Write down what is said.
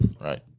Right